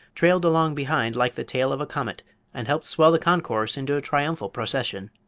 trailed along behind like the tail of a comet and helped swell the concourse into a triumphal procession.